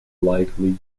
likely